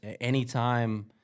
anytime